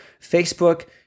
Facebook